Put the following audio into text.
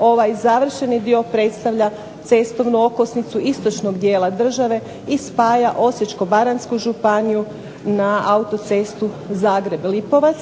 ovaj završeni dio predstavlja cestovnu okosnicu istočnog dijela države i spaja Osječko-baranjsku županiju na auto-cestu Zagreb – Lipovac